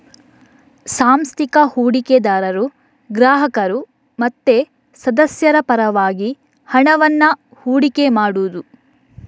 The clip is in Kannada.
ಸಾಂಸ್ಥಿಕ ಹೂಡಿಕೆದಾರರು ಗ್ರಾಹಕರು ಮತ್ತೆ ಸದಸ್ಯರ ಪರವಾಗಿ ಹಣವನ್ನ ಹೂಡಿಕೆ ಮಾಡುದು